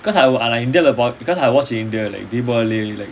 cause I I I watch in india like Deepavali like